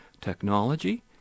technology